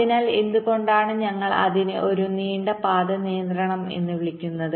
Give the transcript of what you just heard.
അതിനാൽ എന്തുകൊണ്ടാണ് ഞങ്ങൾ അതിനെ ഒരു നീണ്ട പാത നിയന്ത്രണം എന്ന് വിളിക്കുന്നത്